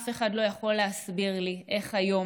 אף אחד לא יכול להסביר לי איך היום,